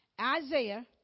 isaiah